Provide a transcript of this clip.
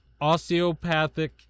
osteopathic